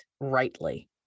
rightly